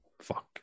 Fuck